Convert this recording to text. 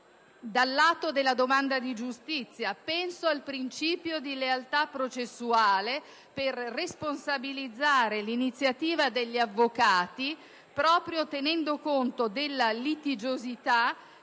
dal lato della domanda di giustizia - penso al principio di lealtà processuale - per responsabilizzare l'iniziativa degli avvocati, proprio tenendo conto della litigiosità